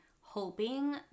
hoping